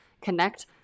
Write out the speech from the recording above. connect